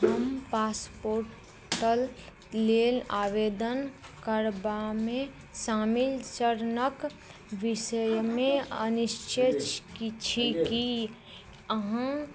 हम पासपोर्ट लेल आवेदन करबामे शामिल चरणके विषयमे अनिश्चयमे छी कि अहाँ